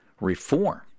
reform